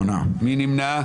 מי נמנע?